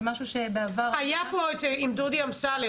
זה משהו שבעבר --- היה פה עם דודי אמסלם,